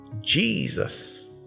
Jesus